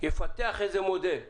יפתח מודל שיאפשר?